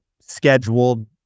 scheduled